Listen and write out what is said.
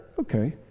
Okay